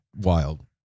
wild